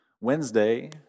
Wednesday